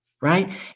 right